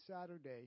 Saturday